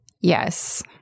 yes